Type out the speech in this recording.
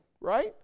right